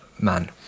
man